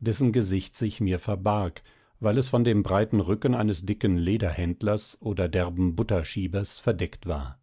dessen gesicht mir verbarg weil es von dem breiten rücken eines dicken lederhändlers oder derben butterschiebers verdeckt war